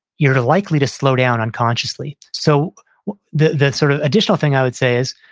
you're likely to slow down unconsciously. so the the sort of additional thing i would say is